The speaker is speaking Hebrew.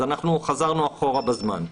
אז אנחנו חזרנו אחורה בזמן.